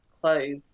clothes